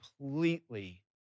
completely